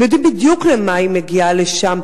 והם יודעים בדיוק למה היא מגיעה לשם,